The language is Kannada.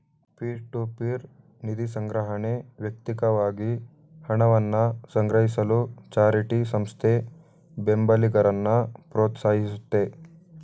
ಪಿರ್.ಟು.ಪಿರ್ ನಿಧಿಸಂಗ್ರಹಣೆ ವ್ಯಕ್ತಿಕವಾಗಿ ಹಣವನ್ನ ಸಂಗ್ರಹಿಸಲು ಚಾರಿಟಿ ಸಂಸ್ಥೆ ಬೆಂಬಲಿಗರನ್ನ ಪ್ರೋತ್ಸಾಹಿಸುತ್ತೆ